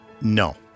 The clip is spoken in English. No